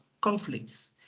conflicts